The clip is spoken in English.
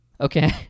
Okay